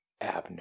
Abner